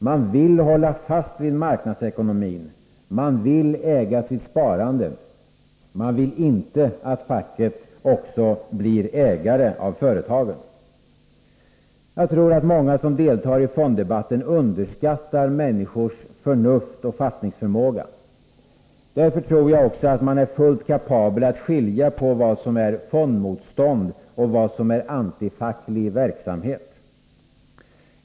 Man vill hålla fast vid marknadsekonomin. Man vill äga sitt sparande. Man vill inte att facket också blir ägare av företagen. Jag tror att många som deltar i fonddebatten underskatter människors förnuft och fattningsförmåga. Därför tror jag också att människor är fullt kapabla att skilja på vad som är fondmotstånd och vad som är antifacklig verksamhet.